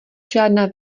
žádná